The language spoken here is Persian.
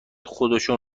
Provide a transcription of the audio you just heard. خودشون